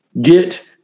Get